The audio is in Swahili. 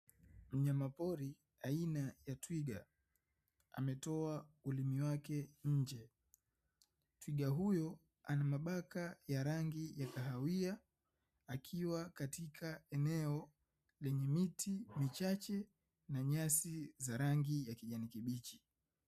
Mnyama pori aina ya twiga ametoa ulimi wake nje, twiga huyu anamabaka ya rangi kahawia akiwa katika eneo lenye miti michache na nyasi za rangi ya kijani kibichi.